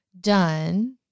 done